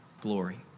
Glory